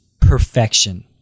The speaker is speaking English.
perfection